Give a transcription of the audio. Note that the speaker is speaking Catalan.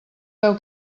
deu